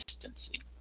consistency